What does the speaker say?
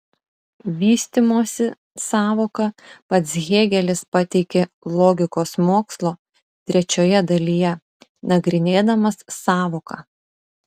vystymosi sąvoką pats hėgelis pateikė logikos mokslo trečioje dalyje nagrinėdamas sąvoką